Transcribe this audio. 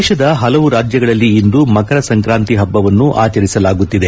ದೇಶದ ಹಲವು ರಾಜ್ಯಗಳಲ್ಲಿ ಇಂದು ಮಕರ ಸಂಕ್ರಾಂತಿ ಹಬ್ಬವನ್ನು ಆಚರಿಸಲಾಗುತ್ತಿದೆ